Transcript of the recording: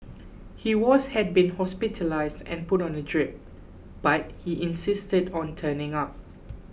he was had been hospitalised and put on a drip but he insisted on turning up